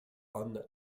anne